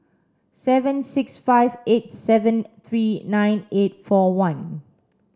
seven six five eight seven three nine eight four one